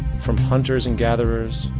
from hunters and gatherers,